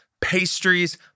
pastries